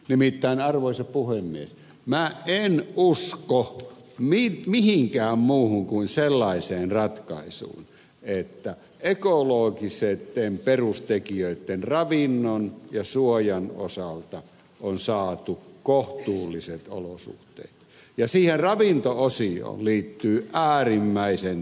nimittäin arvoisa puhemies minä en usko mihinkään muuhun kuin sellaiseen ratkaisuun että ekologisten perustekijöitten ravinnon ja suojan osalta on saatu kohtuulliset olosuhteet ja ravinto osioon liittyy äärimmäisen tärkeä asia